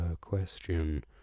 question